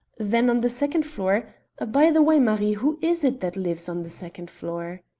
then, on the second floor by the way, marie, who is it that lives on the second floor?